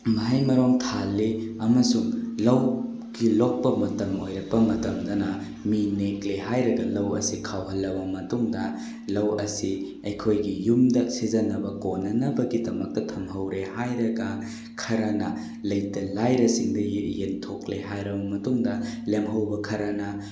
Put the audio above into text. ꯃꯍꯩ ꯃꯔꯣꯡ ꯊꯥꯍꯜꯂꯤ ꯑꯃꯁꯨꯡ ꯂꯧꯒꯤ ꯂꯣꯛꯄ ꯃꯇꯝ ꯑꯣꯏꯔꯛꯄ ꯃꯇꯝꯗꯅ ꯃꯤ ꯅꯦꯛꯂꯦ ꯍꯥꯏꯔꯒ ꯂꯧ ꯑꯁꯤ ꯈꯥꯎꯍꯜꯂꯕ ꯃꯇꯨꯡꯗ ꯂꯧ ꯑꯁꯤ ꯑꯩꯈꯣꯏꯒꯤ ꯌꯨꯝꯗ ꯁꯤꯖꯤꯟꯅꯕ ꯀꯣꯟꯅꯅꯕꯒꯤꯗꯃꯛꯇ ꯊꯝꯍꯧꯔꯦ ꯍꯥꯏꯔꯒ ꯈꯔꯅ ꯂꯩꯇ ꯂꯥꯏꯔꯁꯤꯡꯗ ꯌꯦꯟꯊꯣꯛꯂꯦ ꯍꯥꯏꯔꯕ ꯃꯇꯨꯡꯗ ꯂꯦꯝꯍꯧꯕ ꯈꯔꯅ